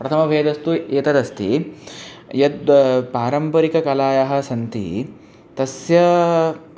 प्रथमः भेदस्तु एतदस्ति यद् पारम्परिककलायाः सन्ति तस्याः